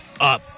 up